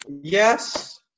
yes